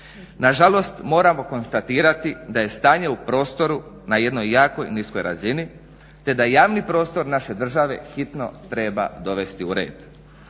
Na žalost moramo konstatirati da je stanje u prostoru na jednoj jako niskoj razini, te da javni prostor naše države hitno treba dovesti u red.